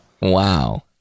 Wow